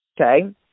Okay